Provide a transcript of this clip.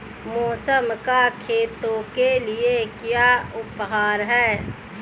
मौसम का खेतों के लिये क्या व्यवहार है?